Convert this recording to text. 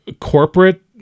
corporate